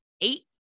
eight